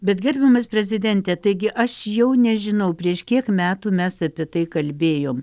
bet gerbiamas prezidente taigi aš jau nežinau prieš kiek metų mes apie tai kalbėjom